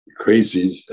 crazies